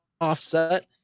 offset